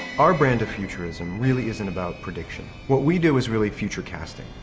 our brand of futurism really isn't about prediction. what we do is really future-casting,